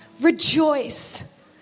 rejoice